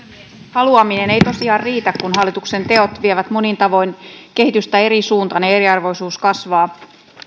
haluaminen ei tosiaan riitä kun hallituksen teot vievät monin tavoin kehitystä eri suuntaan ja ja eriarvoisuus kasvaa